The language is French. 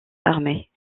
armées